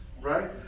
Right